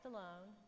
Alone